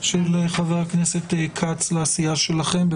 נושא שחבר הכנסת אופיר כץ מלווה אותו